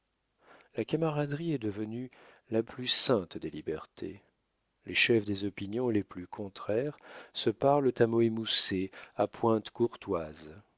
la camaraderie est devenue la plus sainte des libertés les chefs des opinions les plus contraires se parlent à mots émoussés à pointes courtoises